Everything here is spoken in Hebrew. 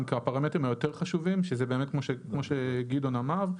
כפרמטרים היותר חשובים שזה באמת כמו שגדעון אמר,